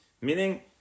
meaning